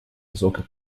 высокой